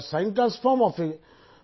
நன்றி